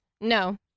No